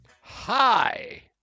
Hi